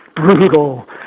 Brutal